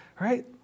Right